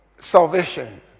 salvation